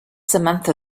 samantha